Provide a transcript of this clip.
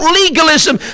legalism